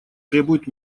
требует